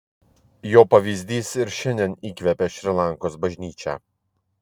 jo pavyzdys ir šiandien įkvepia šri lankos bažnyčią